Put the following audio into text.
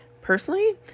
personally